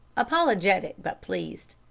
apologetic but pleased.